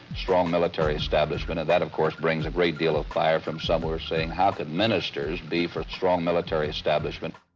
strong military establishment, and that of course brings a great deal of fire from some who are saying, how could ministers be for strong military establishment.